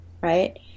right